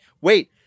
Wait